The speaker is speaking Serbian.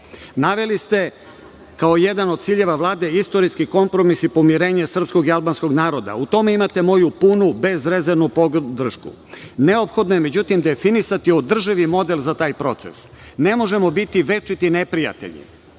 ste kao jedan od ciljeva Vlade istorijski kompromis i pomirenje srpskog i albanskog naroda. U tome imate moju punu bezrezervnu podršku. Neophodno je, međutim, definisati održivi model za taj proces. Ne možemo biti večiti neprijatelji.